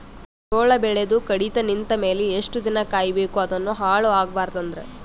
ಜೋಳ ಬೆಳೆದು ಕಡಿತ ನಿಂತ ಮೇಲೆ ಎಷ್ಟು ದಿನ ಕಾಯಿ ಬೇಕು ಅದನ್ನು ಹಾಳು ಆಗಬಾರದು ಅಂದ್ರ?